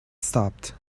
stopped